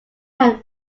had